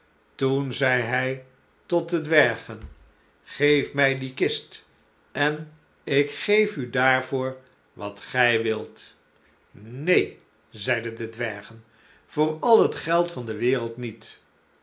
toen zei hij tot de dwergen geef mij die kist en ik geef u daarvoor wat gij wilt neen zeiden de dwergen voor al het geld van de wereld niet